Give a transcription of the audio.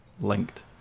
linked